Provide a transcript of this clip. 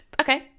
Okay